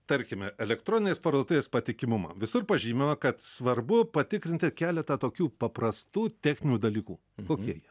tarkime elektroninės parduotuvės patikimumą visur pažymima kad svarbu patikrinti keletą tokių paprastų techninių dalykų kokie jie